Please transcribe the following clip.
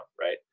right